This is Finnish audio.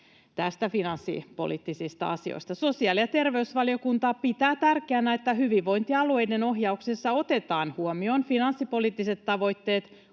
näistä finanssipoliittisista asioista: ”Sosiaali- ja terveysvaliokunta pitää tärkeänä, että hyvinvointialueiden ohjauksessa otetaan huomioon finanssipoliittiset tavoitteet